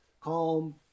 calm